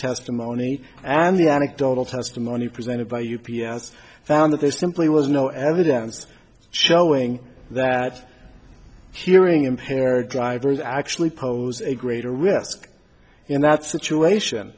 testimony and the anecdotal testimony presented by u p s found that there simply was no evidence showing that hearing impaired drivers actually pose a greater risk in that situation